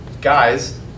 guys